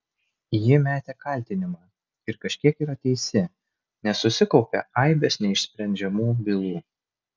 ji metė kaltinimą ir kažkiek yra teisi nes susikaupė aibės nesprendžiamų bylų